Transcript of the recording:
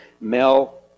Mel